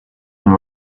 and